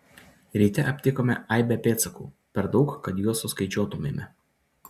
ryte aptikome aibę pėdsakų per daug kad juos suskaičiuotumėme